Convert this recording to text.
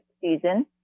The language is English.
season